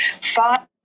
five